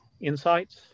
Insights